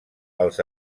els